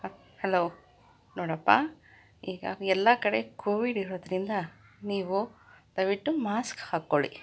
ಹ್ ಹಲೋ ನೋಡಪ್ಪ ಈಗ ಎಲ್ಲ ಕಡೆ ಕೋವಿಡ್ ಇರೋದ್ರಿಂದ ನೀವು ದಯವಿಟ್ಟು ಮಾಸ್ಕ್ ಹಾಕ್ಕೊಳ್ಳಿ